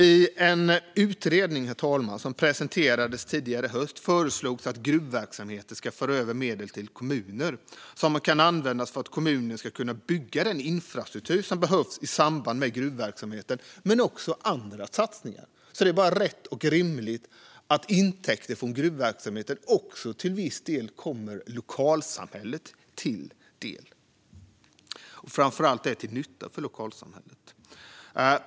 I en utredning som presenterades tidigare i höst föreslogs, herr talman, att gruvverksamheter ska föra över medel till kommuner, som kan användas för att kommunen ska kunna bygga den infrastruktur som behövs i samband med gruvverksamheten men också göra andra satsningar. Det är bara rätt och rimligt att intäkter från gruvverksamhet också till viss del kommer lokalsamhället till del. Framför allt är detta till nytta för lokalsamhället.